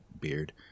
beard